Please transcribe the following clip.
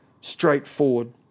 straightforward